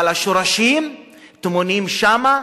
אבל השורשים טמונים שם,